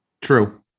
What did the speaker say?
True